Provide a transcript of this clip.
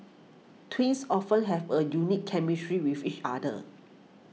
twins often have a unique chemistry with each other